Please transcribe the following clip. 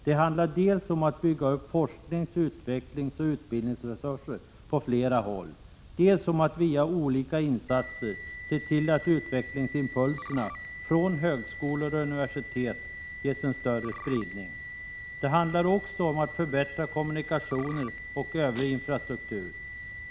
Det handlar dels om att bygga upp forsknings-, utvecklingsoch utbildningsresurser på flera håll, dels om att via olika insatser se till att utvecklingsimpulserna från högskolor och universitet ges en större spridning. Det handlar också om att förbättra kommunikationer och övrig infrastruktur.